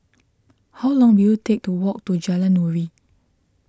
how long will it take to walk to Jalan Nuri